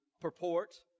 purport